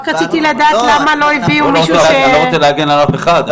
רק רציתי לדעת למה לא הביאו מישהו --- אני לא רוצה להגן על אף אחד.